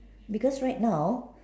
because right now